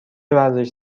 ورزش